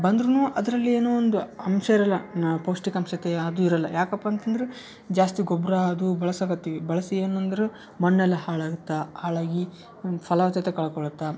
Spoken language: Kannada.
ಬಂದರೂ ಅದರಲ್ಲಿ ಏನು ಒಂದು ಅಂಶ ಇರಲ್ಲ ನಾ ಪೌಷ್ಟಿಕಾಂಶ ಅದು ಇರಲ್ಲ ಯಾಕಪ್ಪ ಅಂತಂದ್ರೆ ಜಾಸ್ತಿ ಗೊಬ್ಬರ ಅದು ಬಳಸಕತ್ತೀವಿ ಬಳಸಿ ಏನಂದ್ರೆ ಮಣ್ಣೆಲ್ಲ ಹಾಳಾಗುತ್ತೆ ಹಾಳಾಗಿ ಫಲ ಜೊತೆ ಕಳ್ಕೊಳುತ್ತೆ